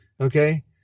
Okay